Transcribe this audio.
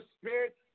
spirit